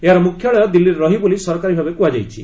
ଏହାର ମୁଖ୍ୟାଳୟ ଦିଲ୍ଲୀରେ ରହିବ ବୋଲି ସରକାରୀ ଭାବେ କୁହାଯାଇଛି